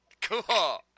cool